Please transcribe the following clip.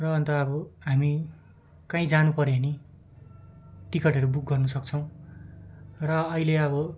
र अन्त अब हामी कहीँ जानु पर्यो भने टिकटहरू बुक गर्न सक्छौँ र अहिले अब